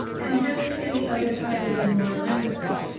and has he any other title than lord lambeth?